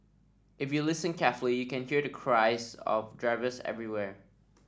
if you listen carefully you can hear the cries of drivers everywhere